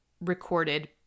recorded